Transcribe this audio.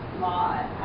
law